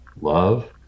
love